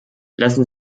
lassen